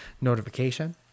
notification